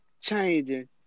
changing